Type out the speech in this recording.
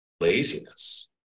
laziness